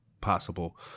possible